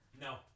No